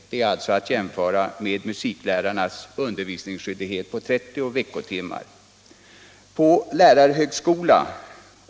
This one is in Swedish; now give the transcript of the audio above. Det är alltså att jämföra med musiklärarnas undervisningsskyldighet på 30 veckotimmar.